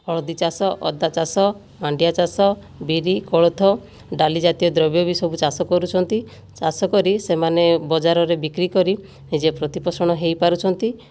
ହଳଦୀ ଚାଷ ଅଦା ଚାଷ ମାଣ୍ଡିଆ ଚାଷ ବିରି କୋଳଥ ଡାଲି ଜାତୀୟ ଦ୍ରବ୍ୟ ବି ସବୁ ଚାଷ କରୁଛନ୍ତି ଚାଷ କରି ସେମାନେ ବଜାରରେ ବିକ୍ରି କରି ନିଜେ ପ୍ରତି ପୋଷଣ ହୋଇପାରୁଛନ୍ତି